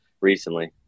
recently